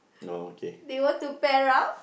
no okay